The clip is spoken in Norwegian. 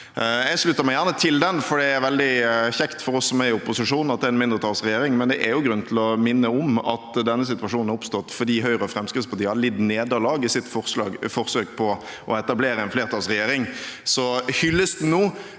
Jeg slutter meg gjerne til den, for det er veldig kjekt for oss som er i opposisjon at det er en mindretallsregjering. Men det er grunn til å minne om at denne situasjonen har oppstått fordi Høyre og Fremskrittspartiet har lidd nederlag i sitt forsøk på å etablere en flertallsregjering. Hyllesten nå